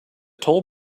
toll